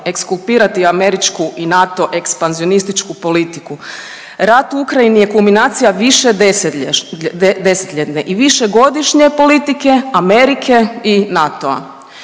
ekskulpirati američku i NATO ekspanzionističku politiku. Rat u Ukrajini je kulminacija višedesetljetne i višegodišnje politike Amerike i NATO-a.